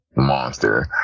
monster